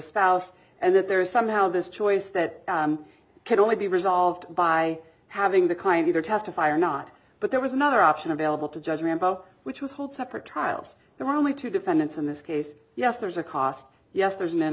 spouse and that there is somehow this choice that could only be resolved by having the kind either testify or not but there was another option available to judge which was hold separate trials there are only two defendants in this case yes there's a cost yes there's